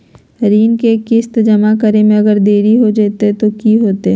ऋण के किस्त जमा करे में अगर देरी हो जैतै तो कि होतैय?